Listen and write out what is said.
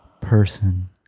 person